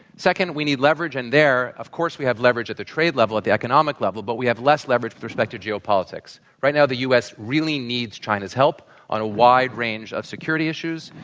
second, we need leverage. and there, of course we have leverage at the trade level, at the economic level, but we have less leverage with respect to geopolitics. right now the u. s. really needs china's help on a wide range of security issues,